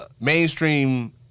mainstream